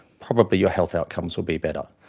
probably your health outcomes will be better.